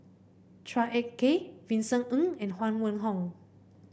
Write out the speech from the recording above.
Chua Ek Kay Vincent Ng and Huang Wenhong